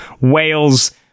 Wales